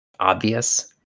obvious